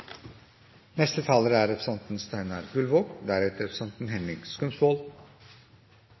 neste taler er representanten Anne Marit Bjørnflaten. Representanten